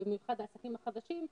במיוחד העסקים החדשים,